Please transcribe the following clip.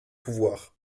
pouvoir